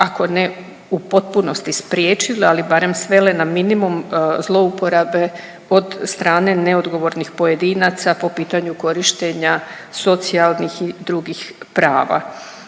ako ne u potpunosti spriječile, ali barem svele na minimum zlouporabe od strane neodgovornih pojedinaca po pitanju korištenja socijalnih i drugih prava.